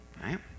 right